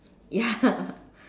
ya